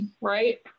right